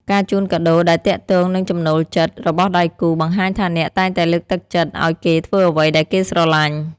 ការជូនកាដូដែលទាក់ទងនឹងចំណូលចិត្ត របស់ដៃគូ បង្ហាញថាអ្នកតែងតែលើកទឹកចិត្តឱ្យគេធ្វើអ្វីដែលគេស្រឡាញ់។